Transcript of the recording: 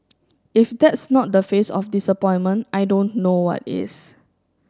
if that's not the face of disappointment I don't know what is